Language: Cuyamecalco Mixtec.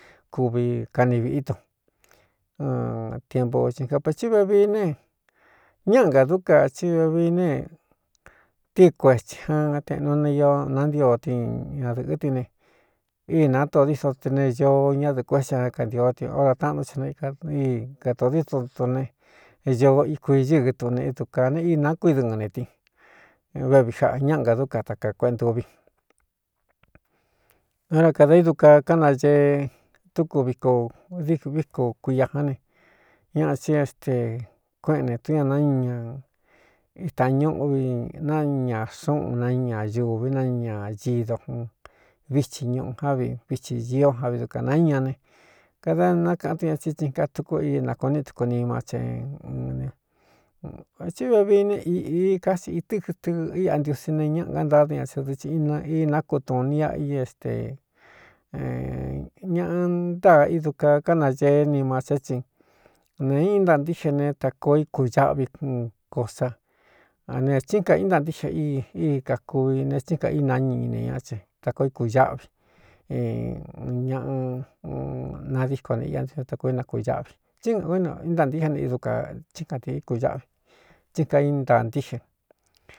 Kuvi kani viꞌí tun tiepo si japētí vevií ne ñáꞌa gadú ka tsí vevii ne tɨi kuetsī jan teꞌnu ne io nantio tin ñadɨ̄ꞌɨ́ tin ne ínātoo dído te ne ñoo ñádɨ̄ꞌɨ kuétsi á kantio tɨn ora taꞌanú tsɨnkaíi kadōo diído tu ne ñoo ikuiñɨ́ɨ tuꞌune ídu ka ne ína kui dɨɨn ne tín vévii jaꞌa ñáꞌa nga dú kan takā kuéꞌentuvi ora kada í du ka kánañee túku viko dií víko kuia ján ne ñaꞌa tsí éste kuéꞌen ne tún ña na ña itāñuꞌuvi na ña xúꞌun na ñañūvi na ña ñi dojun vítsi ñuꞌu já vi vitsi ñīo a vi dukā naíña ne kada nákaꞌán tun ña tsí tsin ka tuku i nakoo ní tuku nima te unne vā thí vevii ne ī ká si itɨ́ kɨtɨ iꞌa ntiusi ne ñáꞌa gántádɨn ña tsɨ dɨci ina í nákutun ini a i éste ñaꞌa ntáa ídu ka kánañee nima té é tsi nee īꞌí ntantíje ne ta koo í kūaꞌvi cosa a ne tsín ka íntantíꞌxe í í kakuvi ne xtín ka inañɨ ine ñaꞌ tsen ta koo í kūñáꞌvi ñaꞌa nadíko ne ia ntioso ta koo inaku ñaꞌvi tínkā ú ne i ntantíxe ne i du kā tsín katīní kūaꞌvi tsín kai ntaantíxe.